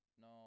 No